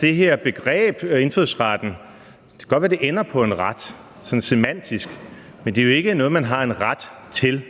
det her begreb indfødsretten ender på en ret sådan semantisk, men det er jo ikke noget, man har en ret til.